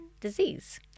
disease